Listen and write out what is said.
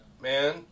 man